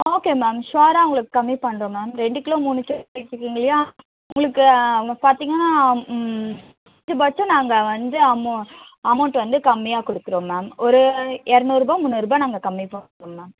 okay ma'am ஷியோராக உங்களுக்கு கம்மி பண்ணுறோம் மேம் ரெண்டு கிலோ மூணு கிலோ கேட்டிருக்கீங்க இல்லையா உங்களுக்கு நம்ம பார்த்தீங்கன்னா பஸ்ட்டு பஸ்ட்டு நாங்கள் வந்து அமௌ அமௌண்ட்டு வந்து கம்மியாக கொடுக்குறோம் மேம் ஒரு இரநூறுபா முந்நூறுபாய் நாங்கள் பண்ணுவோம் மேம்